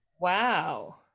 Wow